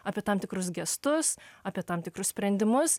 apie tam tikrus gestus apie tam tikrus sprendimus